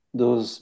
dos